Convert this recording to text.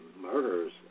murders